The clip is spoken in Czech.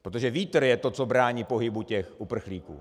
Protože vítr je to, co brání pohybu těch uprchlíků.